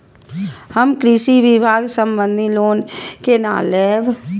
हम कृषि विभाग संबंधी लोन केना लैब?